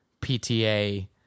PTA